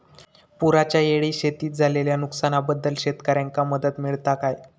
पुराच्यायेळी शेतीत झालेल्या नुकसनाबद्दल शेतकऱ्यांका मदत मिळता काय?